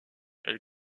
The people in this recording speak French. elle